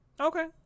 Okay